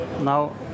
Now